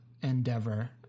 Endeavor